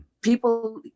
People